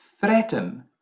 threaten